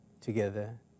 together